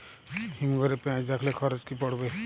হিম ঘরে পেঁয়াজ রাখলে খরচ কি পড়বে?